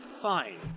fine